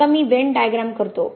आता मी Venn diagram करतो